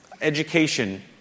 education